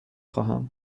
خواهم